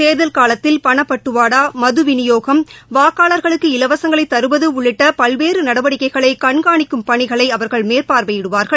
தேர்தல் காலத்தில பணபட்டுவாடா வாக்காளர்களுக்கு இலவசங்களைதருவதுஉள்ளிட்டபல்வேறுநடவடிக்கைகளைகண்காணிக்கும் பணிகளைஅவர்கள் மேற்பார்வையிடுவார்கள்